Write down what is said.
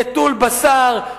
נטול בשר,